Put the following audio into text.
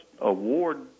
award